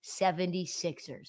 76ers